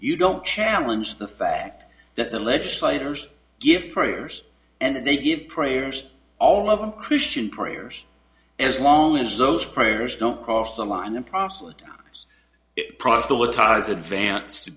you don't challenge the fact that the legislators give prayers and they give prayers all of them christian prayers as long as those prayers don't cross the line the proselyte proselytise advance to